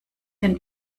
denn